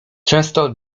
często